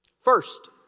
First